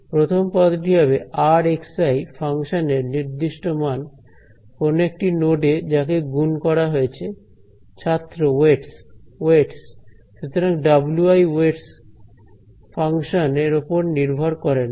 প্রথম পদটি হবে r ফাংশানের নির্দিষ্ট মান কোন একটি নোড এ যাকে গুন করা হয়েছে ছাত্র ওয়েটস ওয়েটস সুতরাং wi ওয়েটস ফাংশন এর ওপর নির্ভর করে না